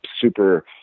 super